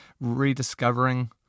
rediscovering